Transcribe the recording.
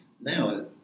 now